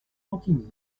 contigny